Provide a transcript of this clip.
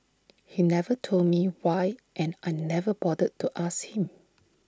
he never told me why and I never bothered to ask him